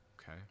okay